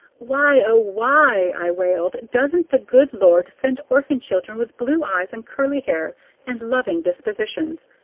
why, oh, why, i wailed, doesn't the good lord send orphan children with blue eyes and curly hair and loving dispositions?